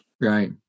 Right